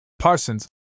Parsons